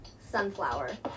Sunflower